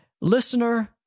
Listener